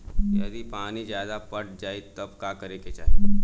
यदि पानी ज्यादा पट जायी तब का करे के चाही?